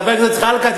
חבר הכנסת זחאלקה,